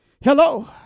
Hello